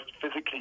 physically